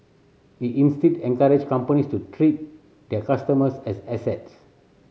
he instead encouraged companies to treat their customers as assets